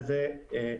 העסקה